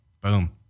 Boom